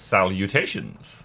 Salutations